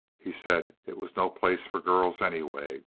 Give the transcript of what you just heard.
he said it was no place for girls, anyway.